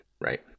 right